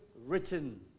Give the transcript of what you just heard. written